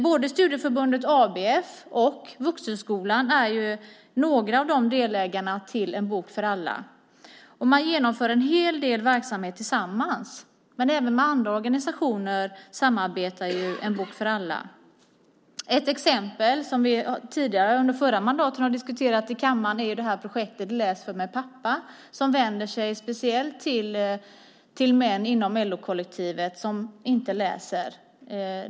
Både studieförbundet ABF och Vuxenskolan är delägare i En bok för alla. Man genomför en hel del verksamhet tillsammans, men En bok för alla samarbetar även med andra organisationer. Ett exempel som vi diskuterade i kammaren under den förra mandatperioden är projektet Läs för mig, pappa som vänder sig speciellt till män inom LO-kollektivet som inte läser.